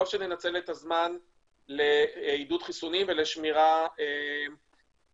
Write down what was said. טוב שננצל את הזמן לעידוד חיסונים ולשמירה על